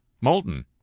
Molten